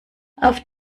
auf